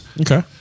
Okay